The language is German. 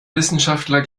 wissenschaftler